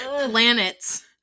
planets